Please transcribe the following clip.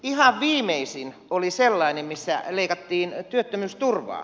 ihan viimeisin oli sellainen missä leikattiin työttömyysturvaa